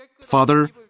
Father